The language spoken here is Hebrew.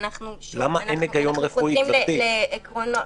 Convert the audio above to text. ואנחנו שוב חוזרים לעקרונות.